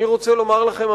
אני רוצה לומר לכם,